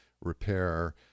repair